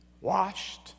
washed